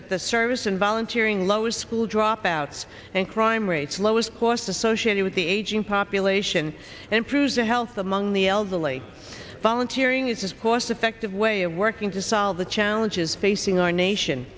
at the service and volunteer ng lower school drop outs and crime rates lowest cost associated with the aging population and improve the health among the elderly volunteering is cost effective way of working to solve the challenges facing our nation